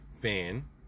fan